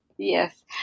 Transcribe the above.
Yes